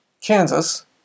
Kansas